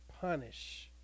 punish